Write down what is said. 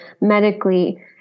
medically